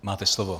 Máte slovo.